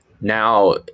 now